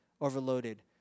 overloaded